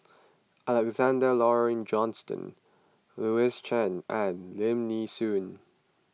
Alexander Laurie Johnston Louis Chen and Lim Nee Soon